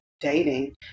dating